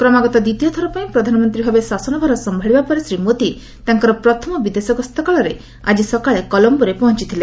କ୍ରମାଗତ ଦ୍ୱିତୀୟ ଥରପାଇଁ ପ୍ରଧାନମନ୍ତ୍ରୀ ଭାବେ ଶାସନ ଭାର ସମ୍ଭାଳିବା ପରେ ଶ୍ରୀ ମୋଦି ତାଙ୍କର ପ୍ରଥମ ବିଦେଶ ଗସ୍ତକାଳରେ ଆକି ସକାଳେ କଲମ୍ବୋରେ ପହଞ୍ଚଥିଲେ